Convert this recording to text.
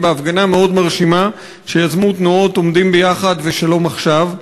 בהפגנה מאוד מרשימה שיזמו תנועות "עומדים ביחד" ו"שלום עכשיו",